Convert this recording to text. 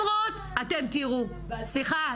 --- סליחה.